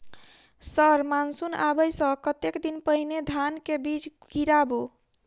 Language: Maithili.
सर मानसून आबै सऽ कतेक दिन पहिने धान केँ बीज गिराबू?